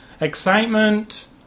excitement